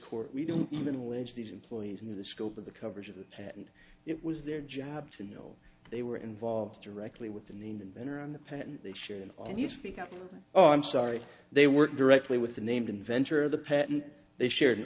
court we don't even allege these employees knew the scope of the coverage of the patent it was their job to know they were involved directly with the name and then around the patent share and and you speak of oh i'm sorry they work directly with the named inventor of the patent they shared